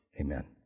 Amen